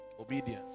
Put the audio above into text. Obedience